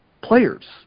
players